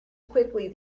quickly